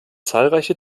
zahlreiche